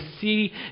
See